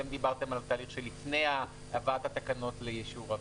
אתם דיברתם על התהליך שלפני הבאת התקנות לאישור הוועדה.